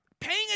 Paying